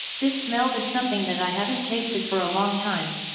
this smell is something that i haven't tasted for a long time?